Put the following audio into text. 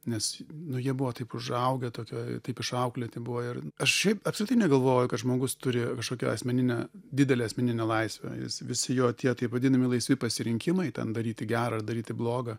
nes nu jie buvo taip užaugę tokioj taip išauklėti buvo ir aš šiaip apskritai negalvoju kad žmogus turi kažkokią asmeninę didelę asmeninę laisvę jis visi jo tie taip vadinami laisvi pasirinkimai ten daryti gera daryti bloga